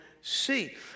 see